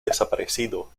desaparecido